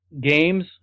games